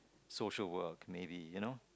social work maybe you know